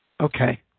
Okay